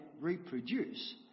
reproduce